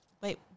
Wait